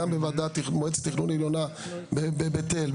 גם במועצת תכנון עליונה בבית אל,